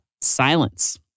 silence